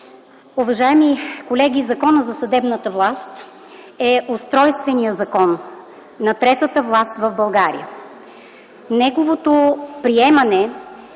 Уважаеми колеги, Законът за съдебната власт е Устройственият закон на третата власт в България. Неговото приемане,